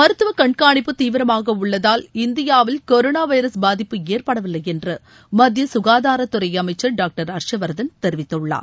மருத்துவ கண்காணிப்பு தீவிரமாக உள்ளதால் இந்தியாவில் கொரோனா வைரஸ் பாதிப்பு ஏற்படவில்லை என்று மத்திய ககாதாரத்துறை அமைச்சர் டாக்டர் ஹர்ஷ்வர்தன் தெரிவித்துள்ளார்